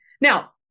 Now